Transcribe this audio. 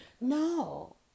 no